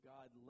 God